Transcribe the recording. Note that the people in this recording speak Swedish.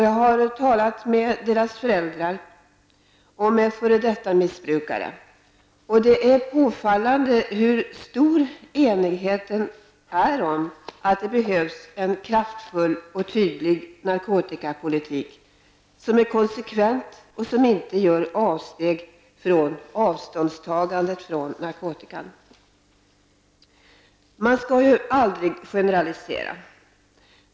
Jag har talat med deras föräldrar och med f.d. missbrukare. Det är påfallande hur stor enigheten är om att det behövs en kraftfull och tydlig narkotikapolitik som är konsekvent och som inte gör avsteg från avståndstagandet från narkotikan. Man skall aldrig generalisera.